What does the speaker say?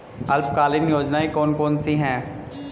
अल्पकालीन योजनाएं कौन कौन सी हैं?